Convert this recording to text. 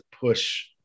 push